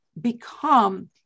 become